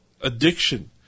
addiction